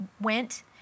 went